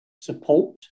support